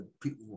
people